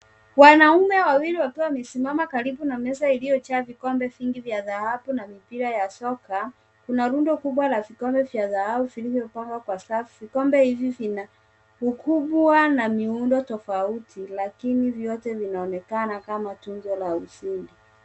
Wanaume wawili wakiwa wamesimama karibu na meza iliyojaa vikombe vingi vya dhahabu na mipira ya soka. Kuna rundo kubwa la vikombe vya dhahabu vilivyopangwa kwa safu. Vikombe hivi vina ukubwa na miundo tofauti lakini vyote vinaonekana kama tuzo la ushindi.